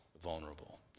vulnerable